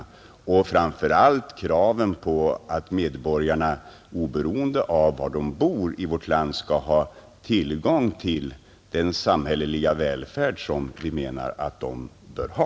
Framför allt gäller det att se till att medborgarna, oberoende av var de bor i vårt land, skall ha tillgång till den samhälleliga välfärd som vi gemensamt kan utveckla.